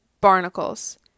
barnacles